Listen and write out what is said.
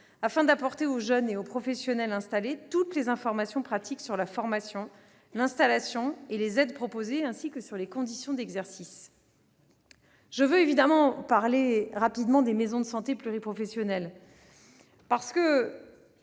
afin d'apporter aux jeunes et aux professionnels toutes les informations pratiques sur la formation, l'installation et les aides proposées, ainsi que sur les conditions d'exercice. Je veux ensuite, évidemment, évoquer les maisons de santé pluriprofessionnelles. L'étude